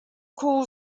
call